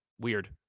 weird